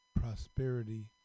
prosperity